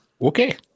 Okay